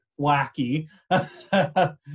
wacky